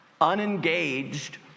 unengaged